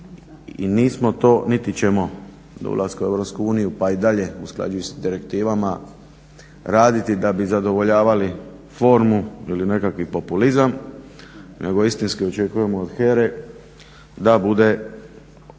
i nismo to, niti ćemo do ulaska u EU pa i dalje usklađuju s direktivama, raditi da bi zadovoljavali formu ili nekakvi populizam, nego istinski očekujemo od HERA-e da bude, ne